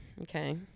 okay